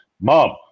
Mom